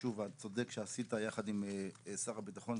והחשוב והצודק שעשית ביחד עם שר הביטחון,